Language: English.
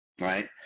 right